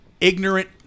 ignorant